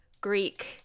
Greek